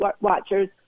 watchers